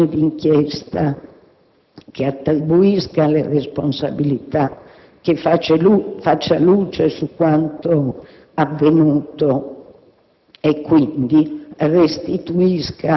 in grave dubbio la correttezza, il comportamento, la responsabilità della catena di comando che ha gestito l'ordine pubblico,